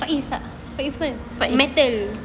faiz